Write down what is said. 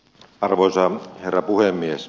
arvoisa herra puhemies